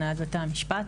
הנהלת בתי המשפט.